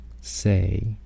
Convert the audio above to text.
say